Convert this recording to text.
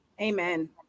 Amen